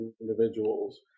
individuals